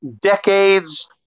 decades